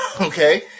okay